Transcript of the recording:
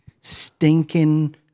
Stinking